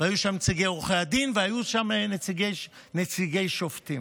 היו שם נציגי עורכי הדין והיו שם נציגי שופטים.